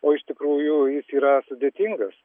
o iš tikrųjų jis yra sudėtingas